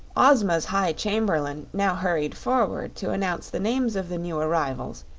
ozma's high chamberlain now hurried forward to announce the names of the new arrivals,